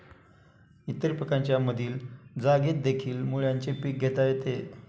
इतर पिकांच्या मधील जागेतदेखील मुळ्याचे पीक घेता येते